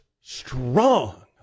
strong